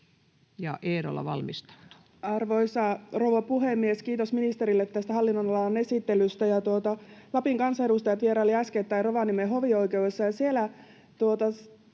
12:06 Content: Arvoisa rouva puhemies! Kiitos ministerille tästä hallinnonalan esittelystä. Lapin kansanedustajat vierailivat äskettäin Rovaniemen hovioikeudessa,